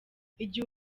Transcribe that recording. igihe